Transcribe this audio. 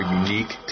unique